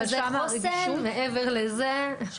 הכרזנו על מרכזי חוסן, ומעבר לזה כלום.